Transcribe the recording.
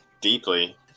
deeply